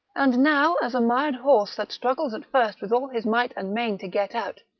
and now as a mired horse that struggles at first with all his might and main to get out,